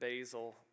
basil